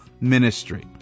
ministry